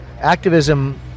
activism